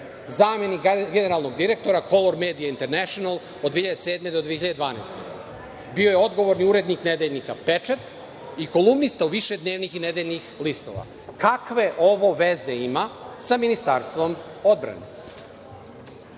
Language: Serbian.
zamenik generalnog direktora „Color media international“ od 2007. do 2012. godine. Bio je odgovorni urednik nedeljnika „Pečat“ i kolumnista u više dnevnih i nedeljnih listova. Kakve ovo veze ima sa Ministarstvom odbrane? Zatim,